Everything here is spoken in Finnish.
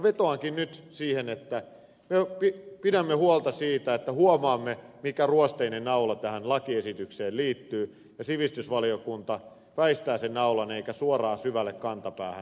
vetoankin nyt siihen että pidämme huolta siitä että huomaamme mikä ruosteinen naula tähän lakiesitykseen liittyy ja sivistysvaliokunta väistää sen naulan eikä astu naulaan niin että se menee suoraan syvälle kantapäähän